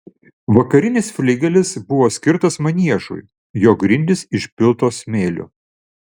vakarinis fligelis buvo skirtas maniežui jo grindys išpiltos smėliu